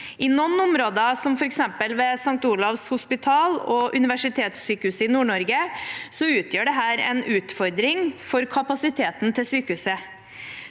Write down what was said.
I noen områder, som f.eks. ved St. Olavs hospital og Universitetssykehuset i Nord-Norge, utgjør dette en utfordring for kapasiteten til sykehuset.